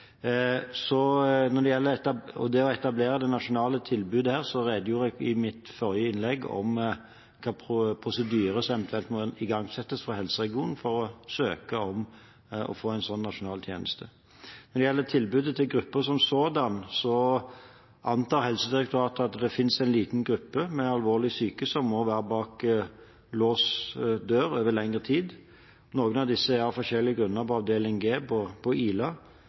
Når det gjelder det å etablere det nasjonale tilbudet her, redegjorde jeg i mitt forrige innlegg for hvilken prosedyre som eventuelt må igangsettes fra helseregionen for å søke om å få en slik nasjonal tjeneste. Når det gjelder tilbudet til grupper som sådanne, antar Helsedirektoratet at det finnes en liten gruppe med alvorlig syke som må være bak låst dør over lengre tid. Noen av disse er av forskjellige grunner på avdeling G på Ila,